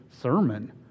sermon